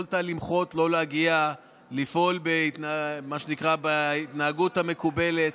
יכולת למחות, לא להגיע, לפעול בהתנהגות המקובלת,